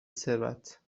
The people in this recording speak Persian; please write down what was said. ثروت